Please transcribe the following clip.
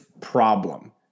problem